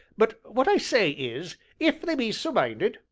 but what i say is if they be so minded,